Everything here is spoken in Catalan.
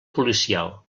policial